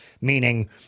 meaning